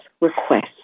request